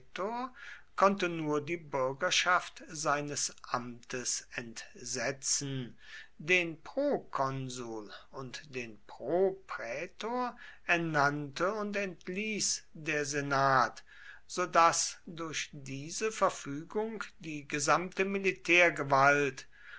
konnte nur die bürgerschaft seines amtes entsetzen den prokonsul und den proprätor ernannte und entließ der senat so daß durch diese verfügung die gesamte